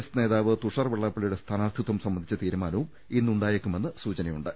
S നേതാവ് തുഷാർ വെള്ളാ പ്പള്ളിയുടെ സ്ഥാനാർത്ഥിത്വം സംബന്ധിച്ച തീരുമാനവും ഇന്നുണ്ടായേക്കുമെന്ന് സൂച നയുണ്ട്